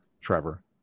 Trevor